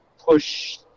push